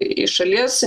iš šalies